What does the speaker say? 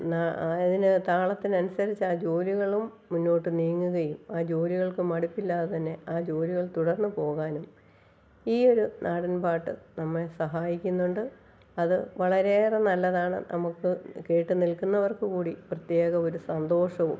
എന്നാൽ ആയതിന് താളത്തിന് അനുസരിച്ചാണ് ജോലികളും മുന്നോട്ട് നീങ്ങുകയും ആ ജോലികൾക്ക് മടുപ്പില്ലാതെ തന്നെ ആ ജോലികൾ തുടർന്ന് പോകാനും ഈ ഒരു നാടൻ പാട്ട് നമ്മെ സഹായിക്കുന്നുണ്ട് അത് വളരെ ഏറെ നല്ലതാണ് നമുക്ക് കേട്ടു നിൽക്കുന്നവർക്ക് കൂടി പ്രത്യേക ഒരു സന്തോഷവും